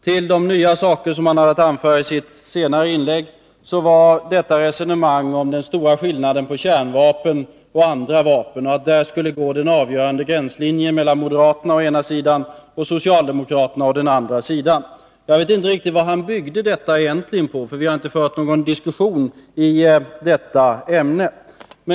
Till de nya saker han hade att anföra i sitt senare inlägg hör resonemanget om den stora skillnaden mellan kärnvapen och andra vapen, och att det var där den avgörande gränslinjen mellan moderaterna å ena sidan och socialdemokraterna å den andra skulle gå. Jag vet inte riktigt vad han egentligen byggde detta på, för vi har inte fört någon diskussion i detta ämne.